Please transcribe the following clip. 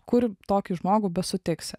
kur tokį žmogų besutiksi